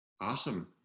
Awesome